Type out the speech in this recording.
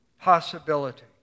possibility